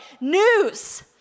news